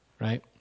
right